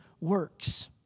works